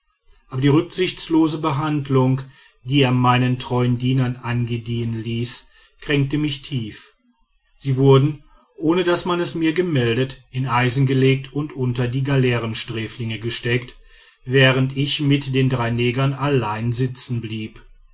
aber die rücksichtslose behandlung die er meinen treuen dienern angedeihen ließ kränkte mich tief sie wurden ohne daß man es mir gemeldet in eisen gelegt und unter die galeerensträflinge gesteckt während ich mit den drei negern allein sitzen blieb